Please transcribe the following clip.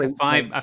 five